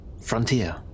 frontier